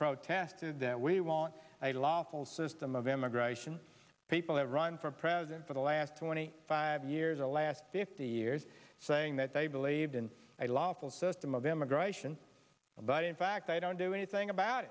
protested that we want a lawful system of immigration people have run for president for the last twenty five years or last fifty years saying that they believed in a lawful system of immigration but in fact they don't do anything about